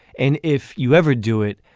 and if you ever do it,